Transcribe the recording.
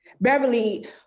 Beverly